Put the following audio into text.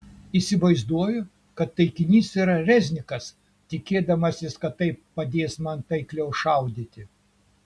įsivaizduoju kad taikinys yra reznikas tikėdamasis kad tai padės man taikliau šaudyti